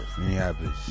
Minneapolis